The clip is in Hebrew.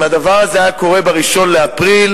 אם הדבר הזה היה קורה ב-1 באפריל,